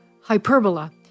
hyperbola